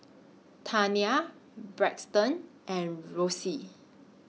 Tania Braxton and Rosie